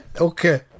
Okay